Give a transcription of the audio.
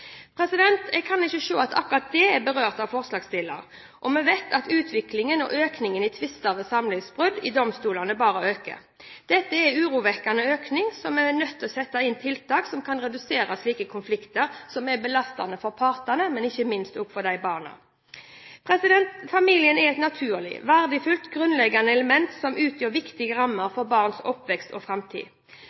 Jeg kan ikke se at akkurat det er berørt av forslagsstiller, og vi vet at utviklingen er slik at tvister ved samlivsbrudd i domstolene bare øker. Dette er en urovekkende økning, og vi er nødt til å sette inn tiltak som kan redusere slike konflikter som er belastende for partene, men ikke minst for barna. Familien er et naturlig, verdifullt og grunnleggende element som utgjør viktige rammer for barns oppvekst og framtid.